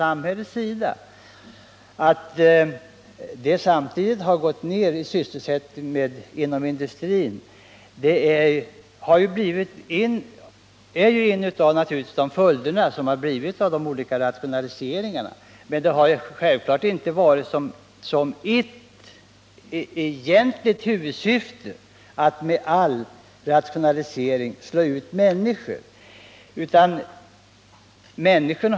Att samtidigt sysselsättningen inom industrin har minskat är naturligtvis en av följderna av de olika rationaliseringar som gjorts. Men huvudsyftet med all rationalisering har självfallet inte varit att slå ut människor.